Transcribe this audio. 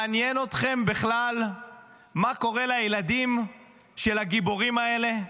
מעניין אתכם בכלל מה קורה לילדים של הגיבורים האלה?